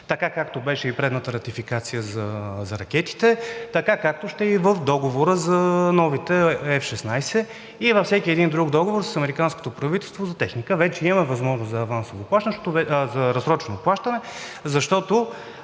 както беше и предната ратификация за ракетите, както ще е и в договора за новите F-16 и във всеки един друг договор с американското правителство за техника. Вече имаме възможност за разсрочено плащане, защото